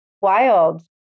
wild